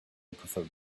preferred